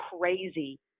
crazy